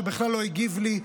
שבכלל לא הגיב לי,